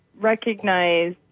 recognize